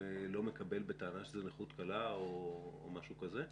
והוא לא מקבל בטענה שזאת נכות קלה או משהו כזה?